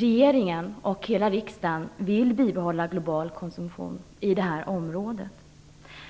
Regeringen och hela riksdagen vill bibehålla global konsumtion på det här området,